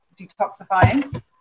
detoxifying